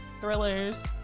thrillers